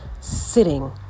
sitting